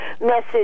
message